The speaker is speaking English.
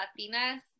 latinas